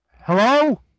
Hello